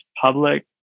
public